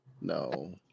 No